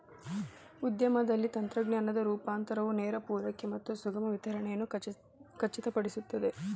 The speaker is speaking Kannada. ಉದ್ಯಮದಲ್ಲಿನ ತಂತ್ರಜ್ಞಾನದ ರೂಪಾಂತರವು ನೇರ ಪೂರೈಕೆ ಮತ್ತು ಸುಗಮ ವಿತರಣೆಯನ್ನು ಖಚಿತಪಡಿಸುತ್ತದೆ